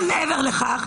מעבר לכך,